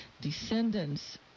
descendants